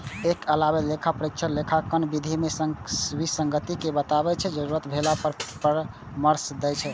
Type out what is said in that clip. एकर अलावे लेखा परीक्षक लेखांकन विधि मे विसंगति कें बताबै छै, जरूरत भेला पर परामर्श दै छै